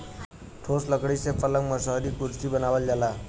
ठोस लकड़ी से पलंग मसहरी कुरसी बनावल जाला